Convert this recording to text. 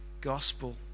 gospel